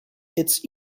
its